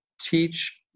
teach